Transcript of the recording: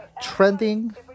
trending